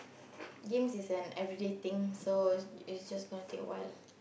games is an everyday thing so it's just gonna take a while lah